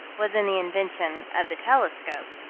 was in the invention of the telescope.